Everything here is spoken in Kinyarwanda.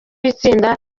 itsinda